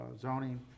zoning